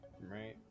Right